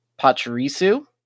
Pachirisu